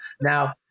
now